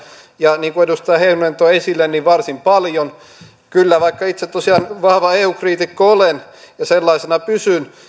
ja niin kuin edustaja heinonen toi esille varsin paljon vaikka itse tosiaan vahva eu kriitikko olen ja sellaisena pysyn